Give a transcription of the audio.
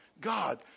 God